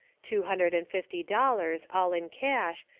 two hundred and fifty dollars, all in cash,